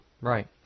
Right